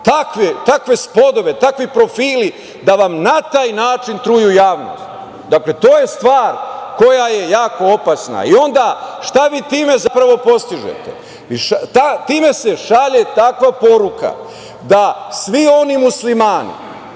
takve spodobe, takvi profili, da vam na taj način truju javnost. Dakle, to je stvar koja je jako opasna. Šta vi time zapravo postižete? Time se šalje takva poruka da svi oni Muslimani